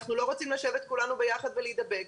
אנחנו לא רוצים לשבת כולנו ביחד ולהידבק.